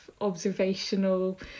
observational